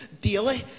daily